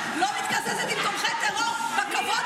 חבר הכנסת עידן רול,